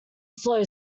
slow